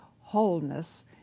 wholeness